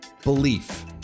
belief